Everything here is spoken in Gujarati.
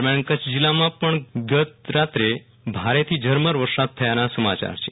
દરમ્યાન કચ્છ જીલ્લામાં પણ ગઈરાત્રે ભારેથી ઝરમર વરસાદ થવાના સમાચાર છે